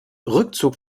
rückzug